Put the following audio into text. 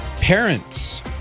parents